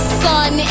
sun